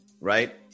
right